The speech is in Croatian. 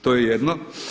To je jedno.